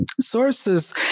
sources